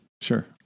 Sure